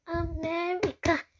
America